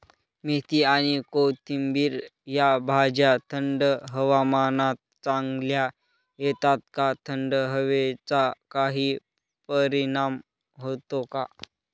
मेथी आणि कोथिंबिर या भाज्या थंड हवामानात चांगल्या येतात का? थंड हवेचा काही परिणाम होतो का?